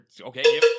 okay